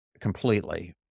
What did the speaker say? completely